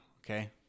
Okay